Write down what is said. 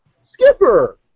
Skipper